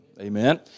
Amen